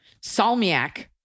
salmiak